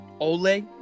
Ole